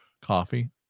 Coffee